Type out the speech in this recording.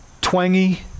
twangy